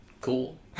Cool